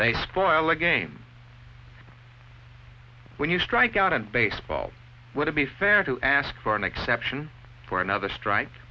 they spoil a game when you strike out in baseball would it be fair to ask for an exception for another strike